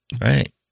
right